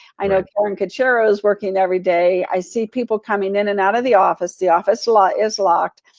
i know karen cocchlaro is working every day. i see people coming in and out of the office. the office lot is locked,